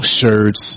shirts